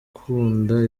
akunda